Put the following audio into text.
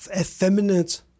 effeminate